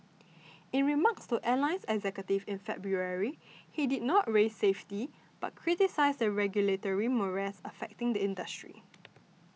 in remarks to airline executives in February he did not raise safety but criticised the regulatory morass affecting the industry